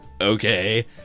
okay